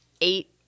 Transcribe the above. eight